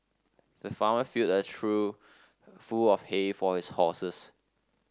the farmer filled a trough full of hay for his horses